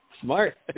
smart